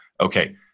okay